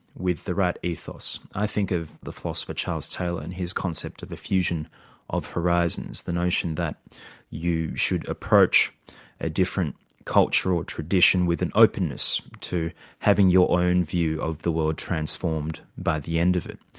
with the right ethos. i think of the philosopher charles taylor and his concept of a fusion of horizons the notion that you should approach a different culture or tradition with an openness to having your own view of the world transformed by the end of it.